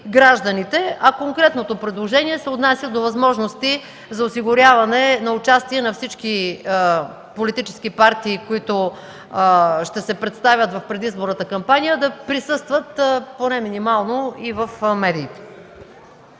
Конкретното предложение се отнася до възможности за осигуряване на участие на всички политически партии, които ще се представят в предизборната кампания, да присъстват поне минимално и в медиите.